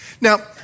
Now